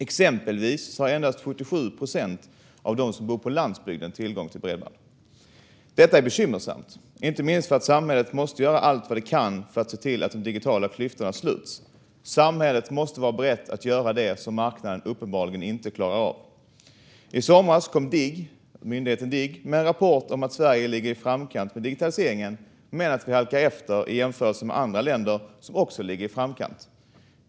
Exempelvis har endast 77 procent av dem som bor på landsbygden tillgång till bredband. Detta är bekymmersamt, inte minst för att samhället måste göra allt vad det kan för att se till att de digitala klyftorna sluts. Samhället måste vara berett att göra det som marknaden uppenbarligen inte klarar av. I somras kom Digg, Myndigheten för digital förvaltning, med en rapport om att Sverige ligger i framkant med digitaliseringen men att vi halkar efter i jämförelse med andra länder som också ligger i framkant.